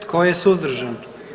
Tko je suzdržan?